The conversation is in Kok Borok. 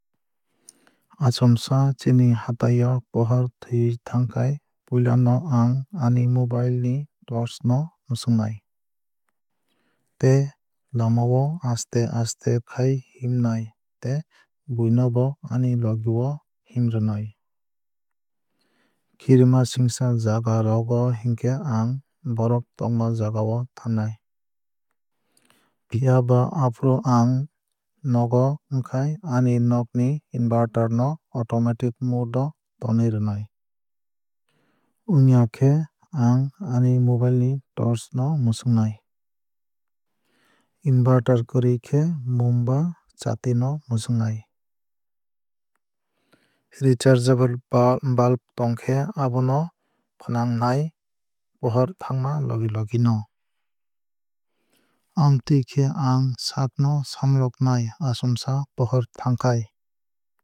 Achomsa chini hatai o pohor thuwui thangkhai puilano ang ani mobile ni torch no mswngnai. Tei lamao aste aste khai himnai tei buino bo ani logi o himrwnai. Kirimasingsa jaga rogo hinkhe ang borok tongma jagao thangnai. Phiaba afuru ang nogo wngkhai ani nog ni inverter no automatic mode o tonwui rwnai. Wngya khe ang ani mobile ni torch no mwswngnai. Inverter kwrwui khe mum ba chati no mwswngnai. Rechargeable bulb tongkhe abo no fwnabgkhai pohor thangma logi logi no. Amtwui khe ang saak no samolognai achomsa pohor thangkhai.